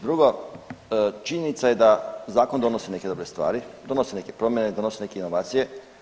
Drugo, činjenica je da zakon donosi neke dobre stvari, donosi neke promjene, donosi neke inovacije.